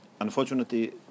Unfortunately